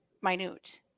minute